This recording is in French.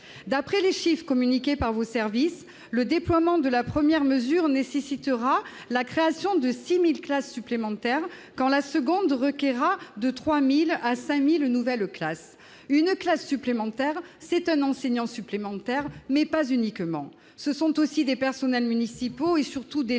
d'après les chiffres communiqués par vos services le déploiement de la première mesure nécessitera la création de 6000 classes supplémentaires, quand la seconde requerra de 3000 à 5000 nouvelles classes une classe supplémentaire, c'est un enseignant supplémentaire mais pas uniquement, ce sont aussi des personnels municipaux et surtout des